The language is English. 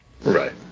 Right